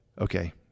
okay